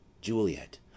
Juliet